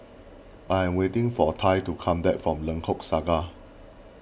I am waiting for Tai to come back from Lengkok Saga